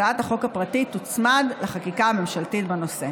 הצעת החוק הפרטית תוצמד לחקיקה הממשלתית בנושא.